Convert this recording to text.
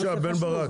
בבקשה, בן ברק.